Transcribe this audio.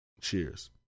Cheers